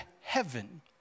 heaven